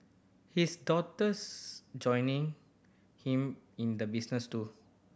his daughter's joining him in the business too